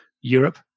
Europe